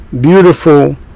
beautiful